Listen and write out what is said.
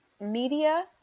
media